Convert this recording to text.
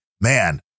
man